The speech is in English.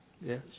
Yes